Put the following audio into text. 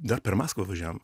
dar per maskvą važiavom